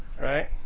right